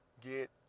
get